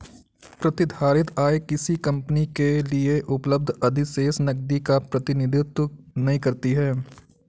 प्रतिधारित आय किसी कंपनी के लिए उपलब्ध अधिशेष नकदी का प्रतिनिधित्व नहीं करती है